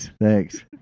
Thanks